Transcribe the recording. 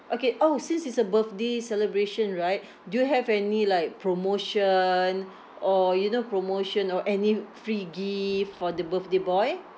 okay !ow! since it's a birthday celebration right do you have any like promotion or you know promotion or any free gift for the birthday boy